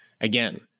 Again